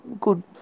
good